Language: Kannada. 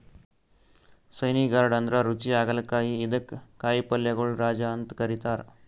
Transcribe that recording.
ಸ್ಪೈನಿ ಗಾರ್ಡ್ ಅಂದ್ರ ರುಚಿ ಹಾಗಲಕಾಯಿ ಇದಕ್ಕ್ ಕಾಯಿಪಲ್ಯಗೊಳ್ ರಾಜ ಅಂತ್ ಕರಿತಾರ್